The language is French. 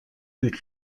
but